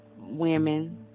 women